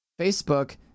Facebook